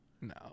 No